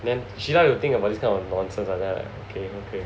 then like she like to think about this kind of nonsense then I okay okay